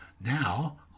Now